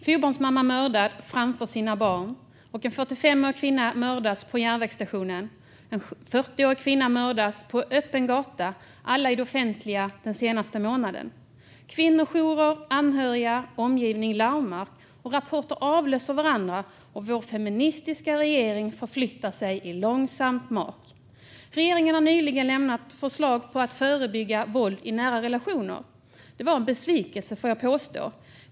Fru talman! Min fråga går till minister Eneroth. Fyrabarnsmamma mördad framför sina barn, en 45-årig kvinna mördas på järnvägsstationen och en 40-årig kvinna mördas på öppen gata - alla i det offentliga rummet den senaste månaden. Kvinnojourer, anhöriga och omgivning larmar. Rapporter avlöser varandra. Och vår feministiska regering förflyttar sig i sakta mak. Regeringen har nyligen lämnat förslag på att förebygga våld i nära relationer. Det var en besvikelse, får jag påstå.